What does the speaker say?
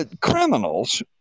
criminals